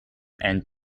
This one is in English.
end